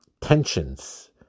tensions